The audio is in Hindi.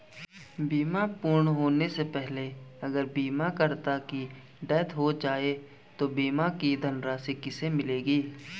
बीमा पूर्ण होने से पहले अगर बीमा करता की डेथ हो जाए तो बीमा की धनराशि किसे मिलेगी?